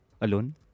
alone